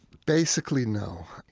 basically no.